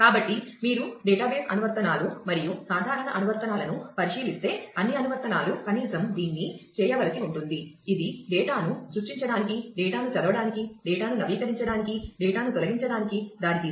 కాబట్టి మీరు డేటాబేస్ అనువర్తనాలు మరియు సాధారణ అనువర్తనాలను పరిశీలిస్తే అన్ని అనువర్తనాలు కనీసం దీన్ని చేయవలసి ఉంటుంది ఇది డేటాను సృష్టించడానికి డేటాను చదవడానికి డేటాను నవీకరించడానికి డేటాను తొలగించడానికి దారితీస్తుంది